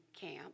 camp